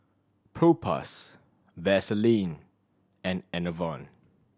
Propass Vaselin and Enervon